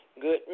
good